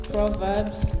Proverbs